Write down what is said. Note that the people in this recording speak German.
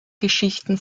geschichten